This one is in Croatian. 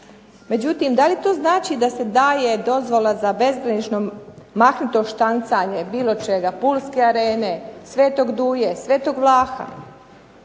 Međutim, da li to znači da se daje dozvola za bezbrižno mahnito štancanje bilo čega, pulske arene, Svetog Duje, Svetog Vlaha